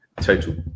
total